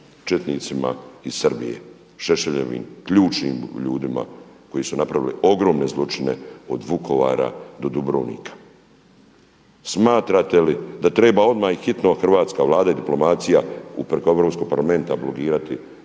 četnicima iz Srbije, Šešeljevim ključnim ljudima koji su napravili ogromne zločine od Vukovara do Dubrovnika. Smatrate li da treba odmah i hitno hrvatska Vlada i diplomacija preko Europskog parlamenta blokirati